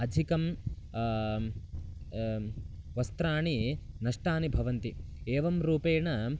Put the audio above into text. अधिकं वस्त्राणि नष्टानि भवन्ति एवं रूपेण